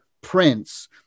Prince